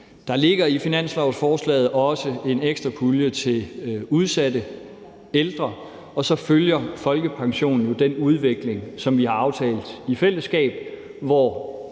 Der ligger i finanslovsforslaget også en ekstra pulje til udsatte ældre, og så følger folkepensionen jo den udvikling, som vi har aftalt i fællesskab, hvor